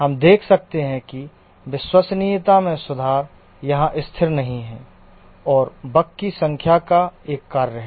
हम देख सकते हैं कि विश्वसनीयता में सुधार यहां स्थिर नहीं है और बग की संख्या का एक कार्य है